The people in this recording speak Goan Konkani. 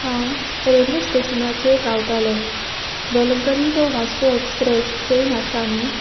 हांव रेल्वे स्टेशनाचेर रावतालें Velankanni to Vasco express train आसा न्ही